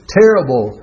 terrible